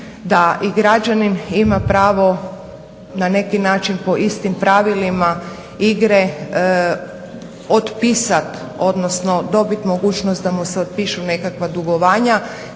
da i građanin ima pravo na neki način po istim pravilima igre otpisati, odnosno dobit mogućnost da mu se otpišu nekakva dugovanja